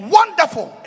Wonderful